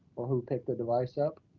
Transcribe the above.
or who picked the device up.